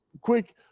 quick